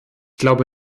glaube